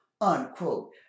unquote